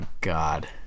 God